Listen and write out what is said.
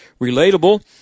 Relatable